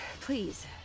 Please